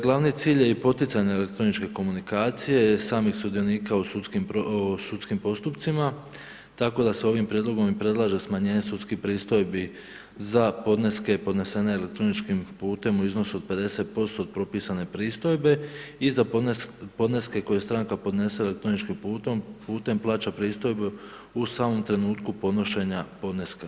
Glavni cilj je i poticanje elektroničke komunikacije, samih sudionika u sudskim postupcima tako da se ovim prijedlogom i predlaže smanjenje sudskih pristojbi za podneske podnesene elektroničkim putem u iznosu od 50% od propisane pristojbe i za podneske koje stranka podnese elektroničkim putem plaća pristojbu u samom trenutku podnošenja podneska.